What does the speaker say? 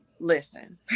Listen